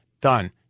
done